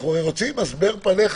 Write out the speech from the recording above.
אנחנו רוצים: הסבר פניך